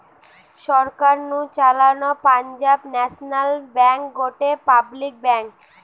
সরকার নু চালানো Punjab National Bank গটে পাবলিক ব্যাঙ্ক